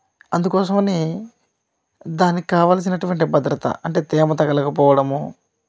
అందుకోసమని దానికి కావలసిన అటువంటి భద్రత అంటే తేమ తగలకపోవడము